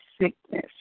sickness